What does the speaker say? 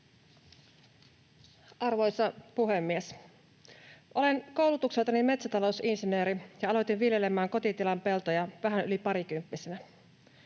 Arvoisa puhemies! Olen koulutukseltani metsätalousinsinööri ja aloin viljelemään kotitilan peltoja vähän yli parikymppisenä.